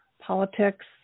politics